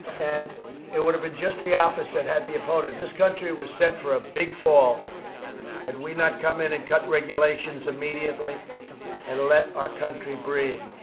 and it would have been just the opposite had the opponent this country was set for a big fall had we not come in and cut regulations immediately and let our country breathe.